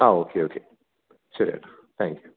ആ okay okay ശരി ചേട്ടാ താങ്ക്യൂ